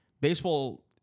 baseball